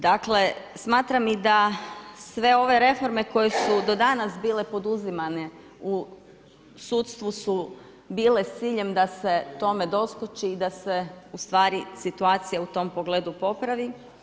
Dakle smatram i da sve ove reforme koje su do danas bile poduzimane u sudstvu su bile s ciljem da se tome doskoči i da se situacija u tom pogledu popravi.